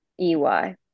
e-y